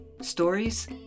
stories